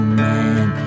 man